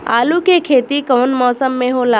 आलू के खेती कउन मौसम में होला?